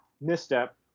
misstep